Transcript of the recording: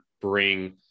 bring